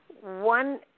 one